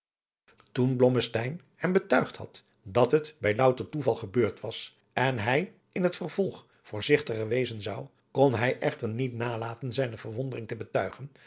blommesteyn hem betuigd had dat het bij louter toeval gebeurd was en hij in het vervolg voorzigtiger wezen zou kon hij echter niet nalaten zijne verwondering te betuigen